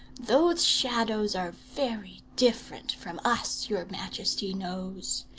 those shadows are very different from us, your majesty knows.